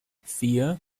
vier